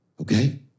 okay